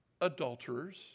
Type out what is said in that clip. adulterers